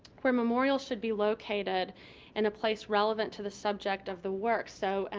where memorials should be located in a place relevant to the subject of the work. so,